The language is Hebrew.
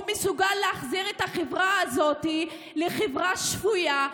מסוגל להחזיר את החברה הזאת לחברה שפויה,